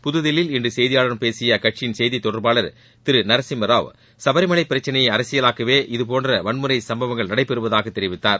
புதுதில்லியில் இன்று செய்தியாளர்களிடம் பேசிய அக்கட்சியின் செய்தித் தொடர்பாளர் திரு நரசிம்மராவ் சபரிமலை பிரச்சனையை அரசியலாக்கவே இதபோன்ற வன்முறை சம்பவங்கள் நடைபெறுவதாக தெரிவித்தார்